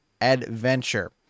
adventure